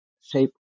shape